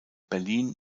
berlin